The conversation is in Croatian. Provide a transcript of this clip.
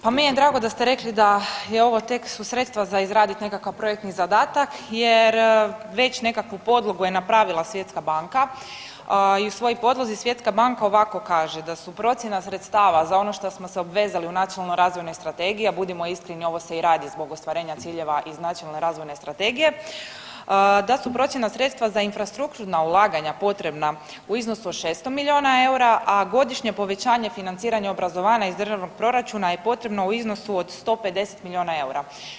Pa meni je drago da ste rekli da je ovo tek su sredstva za izradit nekakav projektni zadatak jer već nekakvu podlogu je napravila svjetska banka i u svojoj podlozi svjetska banka ovako kaže da su procjena sredstava za ono to smo se obvezali u Nacionalnoj razvojnoj strategiji, a budimo iskreni ovo se i radi zbog ostvarenja ciljeva iz Nacionalne razvojne strategije da su procjena sredstva za infrastrukturna ulaganja potrebna u iznosu od 600 milijuna eura, a godišnje povećanje financiranja obrazovanja iz državnog proračuna je potrebno u iznosu od 150 milijuna eura.